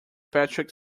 patrick